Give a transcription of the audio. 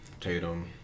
Tatum